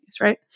right